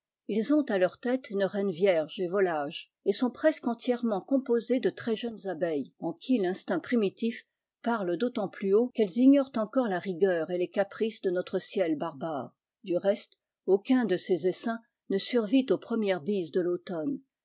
us ont à leur tête one reine vierge et volage et sont presque entièrement composés de très jeunes abeilles eu qui tinstinct primitif parle d'autant plus haut qu'elles ignorent encore la rigueur et les ces de notre ciel barbare du reste aucun de ces essaims ne survit aux premières bises de tautomne